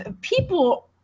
people